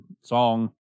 song